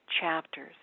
chapters